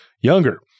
younger